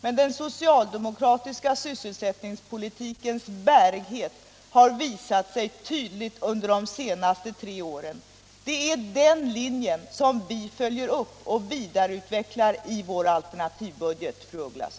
Men den socialdemokratiska sysselsättningspolitikens bärighet har visat sig tydligt under de senaste tre åren. Det är den linjen vi följer upp och vidareutvecklar i vår alternativbudget, fru af Ugglas.